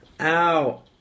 Ow